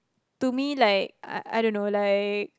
to me like I I don't know like